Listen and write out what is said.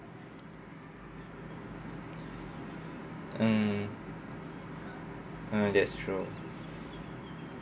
mm mm that's true